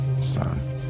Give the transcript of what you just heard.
Son